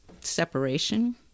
separation